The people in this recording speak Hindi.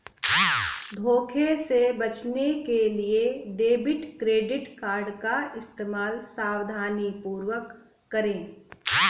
धोखे से बचने के लिए डेबिट क्रेडिट कार्ड का इस्तेमाल सावधानीपूर्वक करें